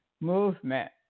movement